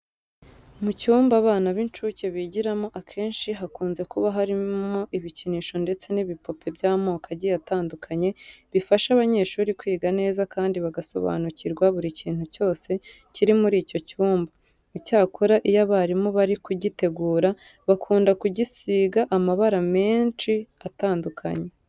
Mu cyumba abana b'incuke bigiramo akenshi hakunze kuba harimo ibikinisho ndetse n'ibipupe by'amoko agiye atandukanye bifasha abanyeshuri kwiga neza kandi bagasobanukirwa buri kintu cyose kiri muri icyo cyumba. Icyakora iyo abarimu bari kugitegura, bakunda kugisiga amabara menshi atandukanye.